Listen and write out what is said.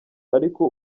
ariko